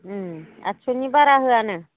आतस'नि बारा होआनो